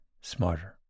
Smarter